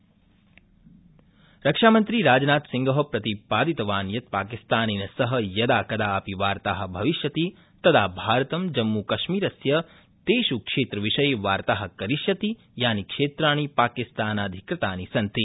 रक्षामन्त्री रक्षामन्त्री राजनाथसिंह प्रतिपादितवान् यत् पाकिस्तानेन सह यदा कदा अपि वार्ता भविष्यति तदा भारतं जम्मूकश्मीरस्य तेषु क्षेत्रविषये वार्ता करिष्यति यानि क्षेत्राणि पाकिस्तानाधिकृतानि सन्ति